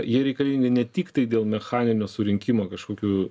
jie reikalingi ne tiktai dėl mechaninio surinkimo kažkokių